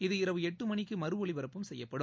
இது இரவு எட்டுமணிக்கு மறு ஒலிபரப்பும் செய்யப்படும்